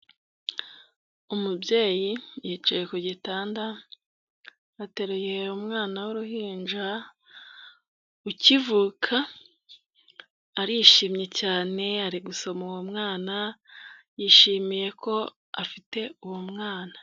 Umubyeyi yicaye ku gitanda, ateruye umwana w'uruhinja ukivuka, arishimye cyane, ari gusoma uwo mwana, yishimiye ko afite uwo mwana.